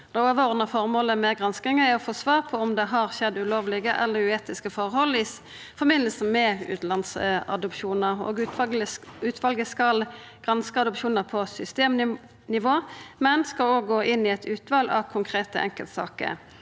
formålet med granskinga er å få svar på om det har skjedd ulovlege eller uetiske forhold i forbindelse med utanlandsadopsjonar. Utvalet skal granska adopsjonar på systemnivå, men skal òg gå inn i eit utval av konkrete enkeltsaker.